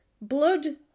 blood